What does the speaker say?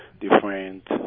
different